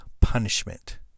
punishment